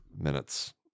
minutes